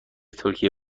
ترکیه